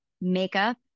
makeup